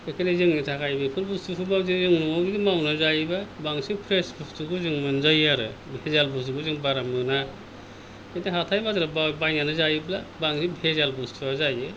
बेखायनो जोंनि थाखाय बेफोर बुस्थुफोरखौ जोङो न'आवनो जुदि मावनानै जायोबा बांसिन फ्रेस बुस्थुखौ जों मोनजायो आरो भेजाल बुस्थुखौ जों बारा मोना बिदि हाथाइ बाजार बा बायनानै जायोब्ला बांसिन भेजाल बुस्थुवा जायो